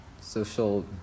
social